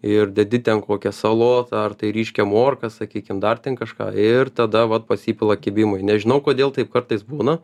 ir dedi ten kokią salotą ar tai ryškią morką sakykim dar ten kažką ir tada vat pasipila kibimai nežinau kodėl taip kartais būna